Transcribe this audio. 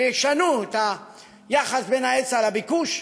שישנו את היחס בין ההיצע לביקוש,